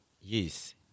Yes